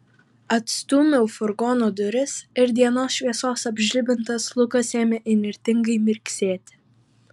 atstūmiau furgono duris ir dienos šviesos apžlibintas lukas ėmė įnirtingai mirksėti